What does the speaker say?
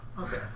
okay